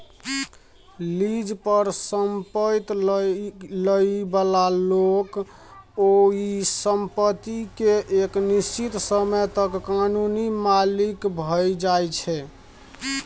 lease पर संपैत लइ बला लोक ओइ संपत्ति केँ एक निश्चित समय तक कानूनी मालिक भए जाइ छै